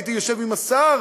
הייתי יושב עם השר,